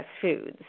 foods